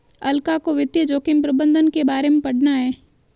अलका को वित्तीय जोखिम प्रबंधन के बारे में पढ़ना है